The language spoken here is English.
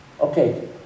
Okay